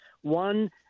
One